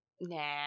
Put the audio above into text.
nah